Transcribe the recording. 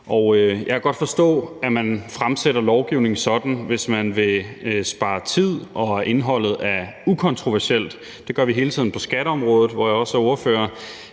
Jeg kan godt forstå, at man fremsætter lovgivning sådan, hvis man vil spare tid og indholdet er ukontroversielt; det gør vi hele tiden på skatteområdet, hvor jeg også er ordfører.